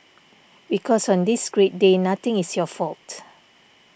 because on this great day nothing is your fault